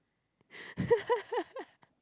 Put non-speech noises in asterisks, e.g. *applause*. *laughs*